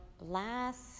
last